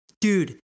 dude